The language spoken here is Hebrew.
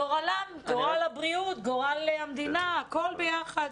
גורלם, על גורל הבריאות וגורל המדינה הכול ביחד.